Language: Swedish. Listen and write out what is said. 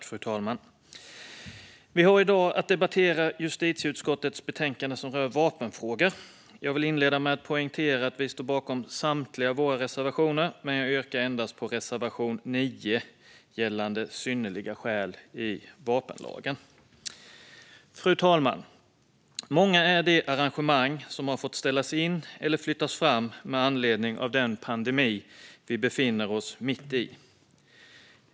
Fru talman! Vi har i dag att debattera justitieutskottets betänkande som rör vapenfrågor. Jag vill inleda med att poängtera att vi står bakom samtliga våra reservationer, men jag yrkar bifall endast till reservation 9, gällande synnerliga skäl i vapenlagen. Fru talman! Många är de arrangemang som har fått ställas in eller flyttas fram med anledning av den pandemi vi befinner oss mitt i.